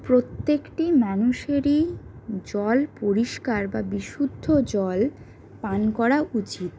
প্রত্যেকটি মানুষেরই জল পরিষ্কার বা বিশুদ্ধ জল পান করা উচিত